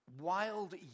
wild